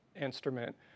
instrument